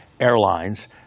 airlines